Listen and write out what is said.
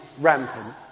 rampant